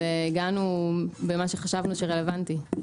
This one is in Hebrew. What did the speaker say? והגענו במה שחשבנו שרלוונטי.